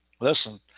Listen